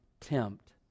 tempt